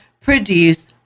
produce